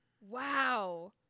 Wow